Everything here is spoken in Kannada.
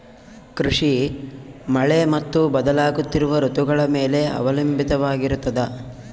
ಕೃಷಿ ಮಳೆ ಮತ್ತು ಬದಲಾಗುತ್ತಿರುವ ಋತುಗಳ ಮೇಲೆ ಅವಲಂಬಿತವಾಗಿರತದ